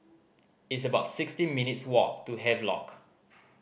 it's about sixteen minutes' walk to Havelock